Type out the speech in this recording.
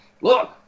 look